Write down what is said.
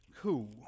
Cool